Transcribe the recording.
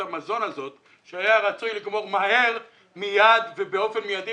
המזון הזו שהיה רצוי לגמור מהר ובאופן מידי.